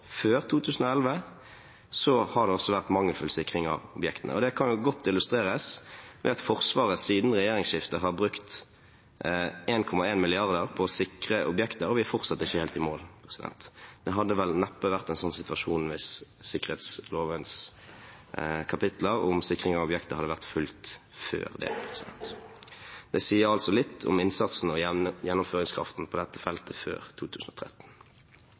før 2011, har det vært mangelfull sikring av objektene. Det kan godt illustreres ved at Forsvaret siden regjeringsskiftet har brukt 1,1 mrd. kr på å sikre objekter, og vi er fortsatt ikke helt i mål. Vi hadde vel neppe vært i en slik situasjon hvis sikkerhetslovens kapitler om sikring av objekter hadde vært fulgt før det. Det sier litt om innsatsen og gjennomføringskraften på dette feltet før 2013.